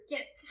Yes